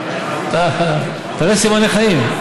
מיקי, תראה סימני חיים.